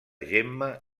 gemma